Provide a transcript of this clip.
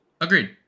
Agreed